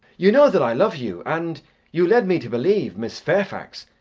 you know that i love you, and you led me to believe, miss fairfax,